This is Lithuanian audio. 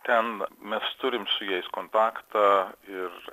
ten mes turim su jais kontaktą ir